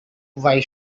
why